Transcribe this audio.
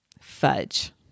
fudge